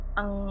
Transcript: ang